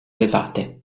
elevate